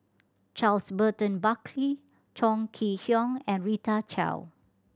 Charles Burton Buckley Chong Kee Hiong and Rita Chao